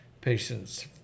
patients